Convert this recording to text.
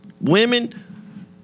women